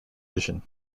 vision